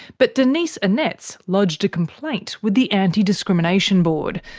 but denise annetts lodged a complaint with the anti-discrimination board,